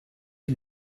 you